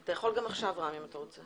אתה יכול גם עכשיו, רם, אם אתה רוצה.